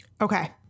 Okay